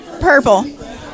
Purple